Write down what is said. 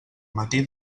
matí